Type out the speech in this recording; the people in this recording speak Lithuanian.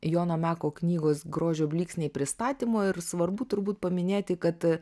jono meko knygos grožio blyksniai pristatymo ir svarbu turbūt paminėti kad